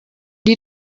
die